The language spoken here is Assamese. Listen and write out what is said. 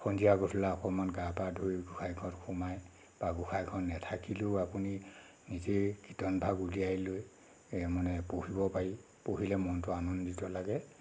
সন্ধিয়া গধূলা অকণমান গা পা ধুই গোঁসাই ঘৰত সোমাই বা গোঁসাইঘৰ নাথাকিলেও আপুনি নিজেই কীৰ্তনভাগ উলিয়াই লৈ এই মানে পঢ়িব পাৰি পঢ়িলে মনটো আনন্দিত লাগে